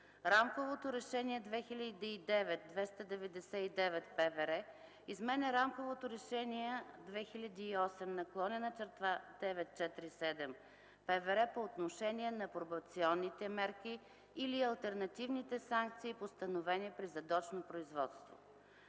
Рамково решение 2009/299/ПВР изменя Рамково решение 2008/947/ПВР по отношение на пробационните мерки или алтернативните санкции, постановени при задочно производство.